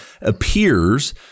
appears